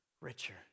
richer